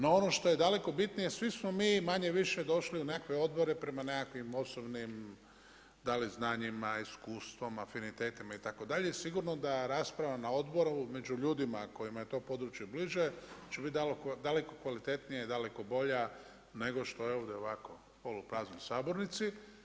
No ono što je daleko bitnije svi smo mi manje-više došli u nekakve odbore prema nekakvim osobnim, da li znanjima, iskustvom, afinitetima itd., sigurno da rasprava na odboru među ljudima kojima je to područje bliže će biti daleko kvalitetnija i daleko bolja nego što je ovdje ovako polupraznoj sabornici.